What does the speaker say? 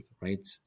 right